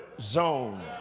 zone